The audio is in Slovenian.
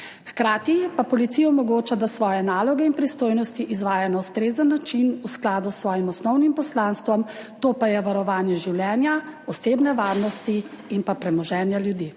hkrati pa policiji omogoča, da svoje naloge in pristojnosti izvaja na ustrezen način, v skladu s svojim osnovnim poslanstvom, to pa je varovanje življenja, osebne varnosti in premoženja ljudi.